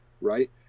Right